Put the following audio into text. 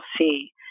see